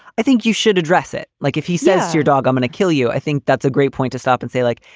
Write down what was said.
i think you should address it. like if he says to your dog, i'm gonna kill you. i think that's a great point to stop and say like,